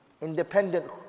Independent